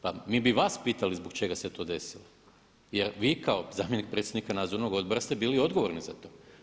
Pa mi bi vas pitali zbog čega se to desilo jer vi kao zamjenik predsjednika nadzornog odbora ste bili odgovorni za to.